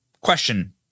question